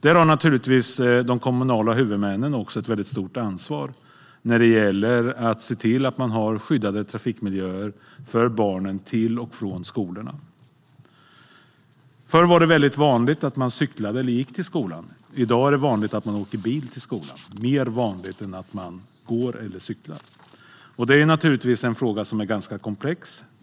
De kommunala huvudmännen har naturligtvis också ett mycket stort ansvar när det gäller att se till att man har skyddade trafikmiljöer för barnen när de tar sig till och från skolorna. Förr var det mycket vanligt att man cyklade eller gick till skolan. I dag är det vanligt att man åker bil till skolan - mer vanligt än att man går eller cyklar. Det är naturligtvis en fråga som är ganska komplex.